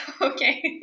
Okay